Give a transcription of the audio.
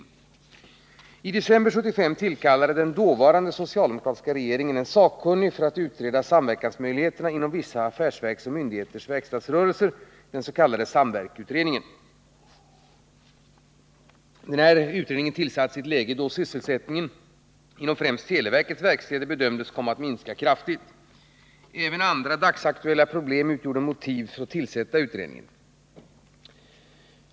I december 1975 tillkallade den dåvarande socialdemokratiska regeringen en sakkunnig för att utreda samverkansmöjligheterna inom vissa affärsverks och myndigheters verkstadsrörelser — den s.k. SAMVERK-utredningen. Utredningen tillsattes i ett läge då sysselsättningen inom främst televerkets verkstäder bedömdes komma att minska kraftigt. Även andra dagsaktuella problem utgjorde motiv för att tillsätta utredningen.